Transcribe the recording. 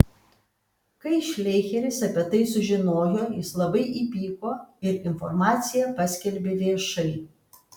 kai šleicheris apie tai sužinojo jis labai įpyko ir informaciją paskelbė viešai